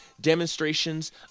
demonstrations